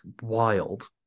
wild